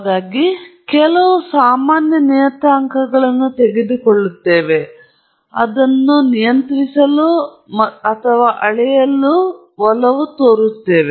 ಹಾಗಾಗಿ ನಾವು ಕೆಲವು ಸಾಮಾನ್ಯ ನಿಯತಾಂಕಗಳನ್ನು ತೆಗೆದುಕೊಳ್ಳುತ್ತೇವೆ ಅದು ನಾವು ನಿಯಂತ್ರಿಸಲು ಅಥವಾ ಅಳೆಯಲು ಮತ್ತು ಮುಂತಾದವುಗಳಿಗೆ ಒಲವು ತೋರುತ್ತದೆ